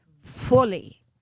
fully